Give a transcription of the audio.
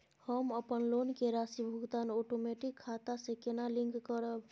हम अपन लोन के राशि भुगतान ओटोमेटिक खाता से केना लिंक करब?